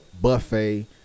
buffet